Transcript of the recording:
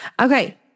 Okay